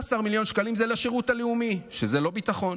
12 מיליון שקלים זה לשירות הלאומי, שזה לא ביטחון,